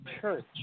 church